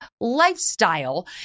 lifestyle